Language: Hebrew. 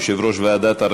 יושב-ראש ועדת העבודה,